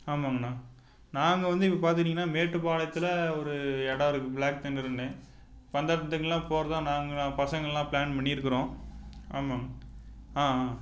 ஆமாங்கண்ணா நாங்கள் வந்து இப்போ பார்த்திட்டிங்கண்ணா மேட்டுபாளையத்தில் ஒரு இடம் இருக்குது பிளாக் தண்டருனு போறதா நாங்களாம் பசங்கள்லாம் ப்ளான் பண்ணியிருக்குறோம் ஆமாங்க ஆ ஆ